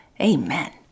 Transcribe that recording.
Amen